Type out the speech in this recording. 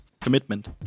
Commitment